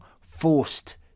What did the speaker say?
forced